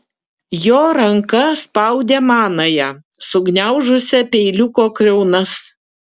jo ranka spaudė manąją sugniaužusią peiliuko kriaunas